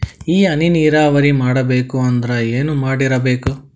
ಈ ಹನಿ ನೀರಾವರಿ ಮಾಡಬೇಕು ಅಂದ್ರ ಏನ್ ಮಾಡಿರಬೇಕು?